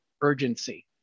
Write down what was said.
urgency